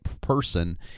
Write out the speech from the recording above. person